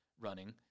running